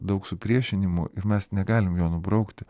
daug supriešinimų ir mes negalim jo nubraukti